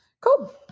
Cool